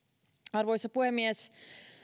arvoisa puhemies